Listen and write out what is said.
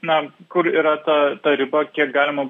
na kur yra ta ta riba kiek galima